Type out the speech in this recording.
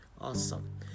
Awesome